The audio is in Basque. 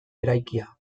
eraikia